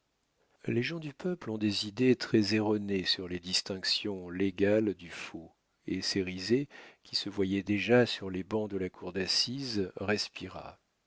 les gens du peuple ont des idées très erronées sur les distinctions légales du faux et cérizet qui se voyait déjà sur les bancs de la cour d'assises respira